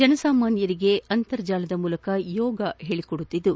ಜನಸಾಮಾನ್ಯರಿಗೆ ಅಂತರ್ಜಾಲದ ಮೂಲಕ ಯೋಗ ಹೇಳಿಕೊಡುತ್ತಿದ್ದು